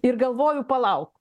ir galvoju palau